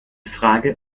frage